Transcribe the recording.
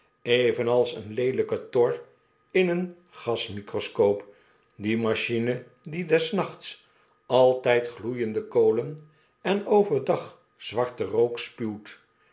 evenals een leelijke tor in een gas microscoop die machine die des riachts altijd gloeiende kolen en over dag zwarten rook spuwt